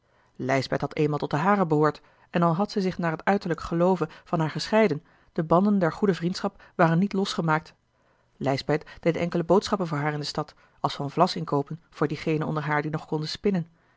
lijsbeth had eenmaal tot de haren behoord en al had zij zich naar t uiterlijk geloove van haar gescheiden de banden der goede vriendschap waren niet losgemaakt lijsbeth deed enkele boodschappen voor haar in de stad als van vlas inkoopen voor diegenen onder haar die nog konden spinnen